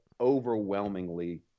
overwhelmingly